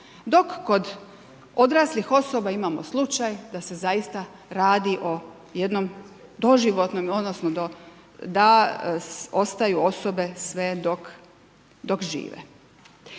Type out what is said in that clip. dok kod odraslih osoba imamo slučaj da se zaista radi o jednom doživotnom odnosno da ostaju osobe sve dok žive.